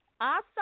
Awesome